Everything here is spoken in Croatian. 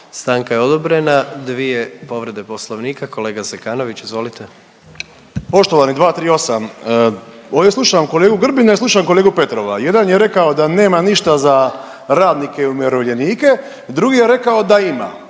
Stanka je odobrena. Dvije povrede Poslovnika, kolega Zekanović, izvolite. **Zekanović, Hrvoje (HDS)** Poštovani, 238. Ovdje slušam kolegu Grbina i slušam kolegu Petrova. Jedan je rekao da nema ništa za radnike i umirovljenike, drugi je rekao da ima